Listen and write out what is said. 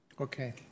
Okay